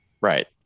Right